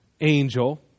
angel